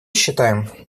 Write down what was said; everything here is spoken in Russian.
считаем